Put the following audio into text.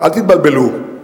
אל תתבלבלו.